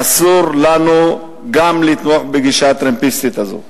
אסור לנו גם לתמוך בגישה הטרמפיסטית הזאת,